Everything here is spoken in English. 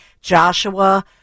Joshua